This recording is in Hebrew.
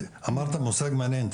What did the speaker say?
אמרת מושג מעניין,